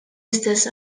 istess